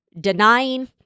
denying